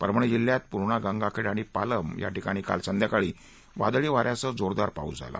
परभणी जिल्ह्यातल्या पूर्णा गंगाखेड आणि पालम या ठिकाणी काल संध्याकाळी वादळी वाऱ्यासह जोरदार पाऊस झाला